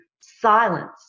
silence